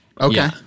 Okay